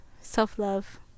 self-love